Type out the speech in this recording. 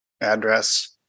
address